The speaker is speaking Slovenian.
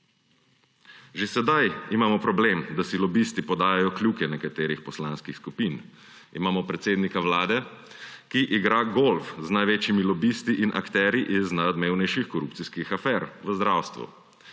Že sedaj imamo problem, da si lobisti podajajo kljuke nekaterih poslanskih skupin. Imamo predsednika Vlade, ki igra golf z največjimi lobisti in akterji iz najodmevnejših korupcijskih afer v zdravstvu.